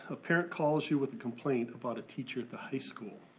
a parent calls you with a complaint about a teacher at the high school.